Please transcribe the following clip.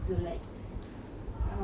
um